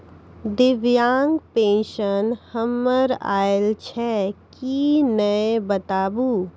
दिव्यांग पेंशन हमर आयल छै कि नैय बताबू?